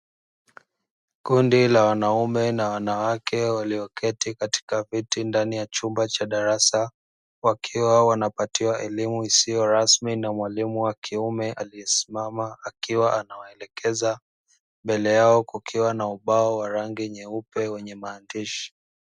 Kundi la wanaume na wanawake waliyoketi katika viti ndani ya chumba cha darasa, wakiwa wanapatiwa elimu isiyorasmi na mwalimu wakiume aliyesimama akiwa anawaelekeza, mbele yao kukiwa na ubao wa rangi nyeupe wenye maandishi.